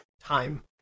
time